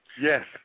Yes